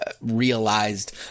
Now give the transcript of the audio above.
realized